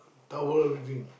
towel everything